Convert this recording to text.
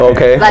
Okay